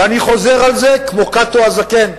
ואני חוזר על זה כמו קאטו הזקן.